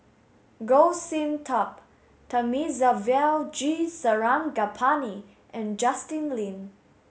Goh Sin Tub Thamizhavel G Sarangapani and Justin Lean